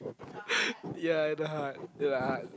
ya it a hut it a hut